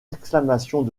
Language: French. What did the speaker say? exclamations